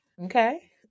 Okay